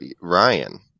Ryan